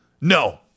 No